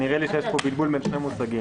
נראה לי שיש פה בלבול בין שני מושגים.